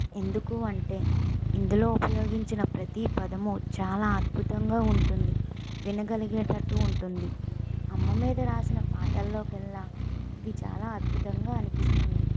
ఎందుకంటే ఇందులో ఉపయోగించిన ప్రతి పదము చాలా అద్భుతంగా ఉంటుంది వినగలిగేటట్టు ఉంటుంది అమ్మ మీద రాసిన పాటలలో కల్లా ఇది చాలా అద్భుతంగా అనిపిస్తుంది